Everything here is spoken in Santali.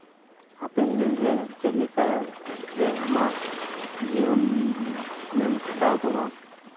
ᱦᱟᱯᱮᱱ ᱫᱤᱱᱨᱮ ᱪᱮᱫ ᱞᱮᱠᱟ ᱨᱮ ᱟᱢᱟᱜ ᱡᱤᱭᱚᱱᱮᱢ ᱠᱷᱟᱸᱰᱟᱣ ᱛᱟᱢᱟ